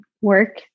work